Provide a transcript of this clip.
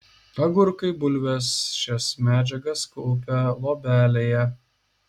agurkai bulvės šias medžiagas kaupia luobelėje